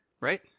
right